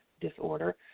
disorder